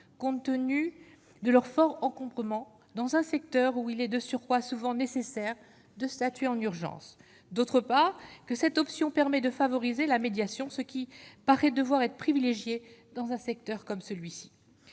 compte tenu de leur forts encombrements dans un secteur où il est de surcroît souvent nécessaire de statuer en urgence, d'autre part que cette option permet de favoriser la médiation, ce qui paraît devoir être privilégiée dans un secteur comme celui-ci,